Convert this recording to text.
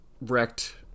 wrecked